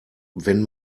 wenn